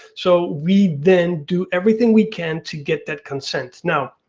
so we then do everything we can to get that consent. now,